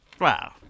Wow